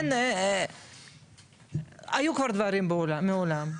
היו כבר דברים מעולם.